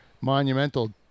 monumental